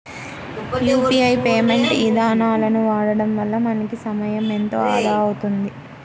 UPI payment ఇదానాలను వాడడం వల్ల మనకి సమయం ఎంతో ఆదా అవుతుంది